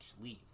leave